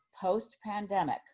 post-pandemic